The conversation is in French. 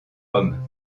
hommes